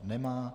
Nemá.